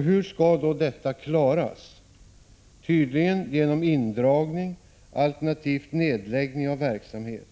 Hur skall då detta klaras? Tydligen genom indragning alternativt nedläggning av verksamhet.